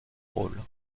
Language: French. rôle